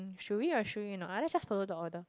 should we or should we not uh let's just follow the order